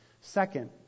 Second